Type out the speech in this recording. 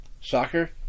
Soccer